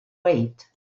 wait